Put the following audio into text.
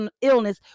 illness